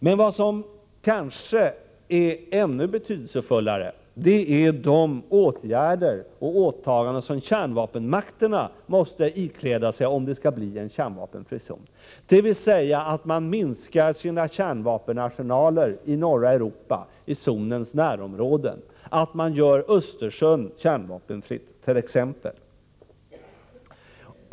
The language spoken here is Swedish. Men vad som kanske är ännu mer betydelsefullt är de åtgärder och åtaganden som kärnvapenmakterna måste ikläda sig om det skall bli en kärvapenfri zon, dvs. att man minskar sina kärvapenarsenaler i norra Europa izonens närområde, att mant.ex. gör Östersjön kärnvapenfri.